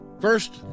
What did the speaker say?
first